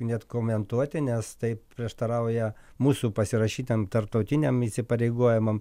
net komentuoti nes tai prieštarauja mūsų pasirašytam tarptautiniam įsipareigojimam